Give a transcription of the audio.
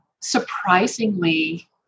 surprisingly